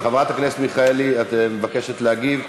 חברת הכנסת מיכאלי, את מבקשת להגיב?